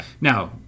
Now